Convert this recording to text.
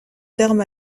terme